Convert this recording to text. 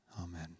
Amen